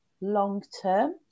long-term